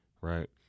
right